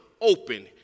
open